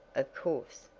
of course,